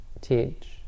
teach